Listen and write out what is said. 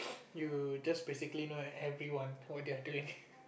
you just basically know like everyone what they're doing